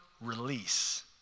release